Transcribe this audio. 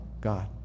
God